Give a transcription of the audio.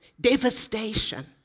Devastation